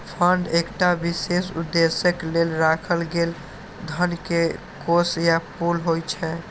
fund एकटा विशेष उद्देश्यक लेल राखल गेल धन के कोष या पुल होइ छै